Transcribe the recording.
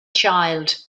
child